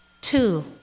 Two